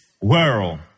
world